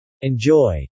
Enjoy